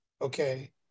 okay